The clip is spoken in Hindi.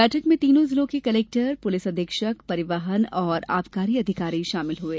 बैठक में तीनों जिलों के कलेक्टर पुलिस अधीक्षक परिवहन और आबकारी अधिकारी शामिल हुए